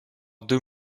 deux